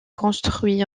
construit